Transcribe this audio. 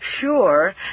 sure